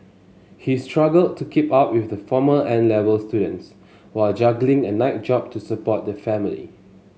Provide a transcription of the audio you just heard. he struggled to keep up with former 'N' Level students while juggling a night job to support the family